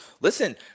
Listen